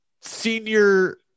senior